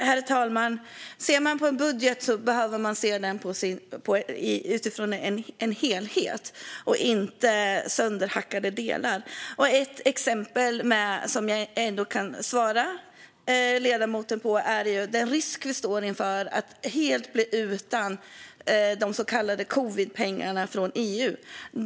Herr talman! Man behöver se en budget som en helhet, inte som sönderhackade delar. Ett exempel som jag kan ta för att svara ledamoten är den risk vi står inför att helt bli utan de så kallade covidpengarna från EU.